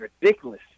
ridiculous